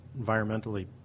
environmentally